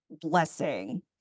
blessing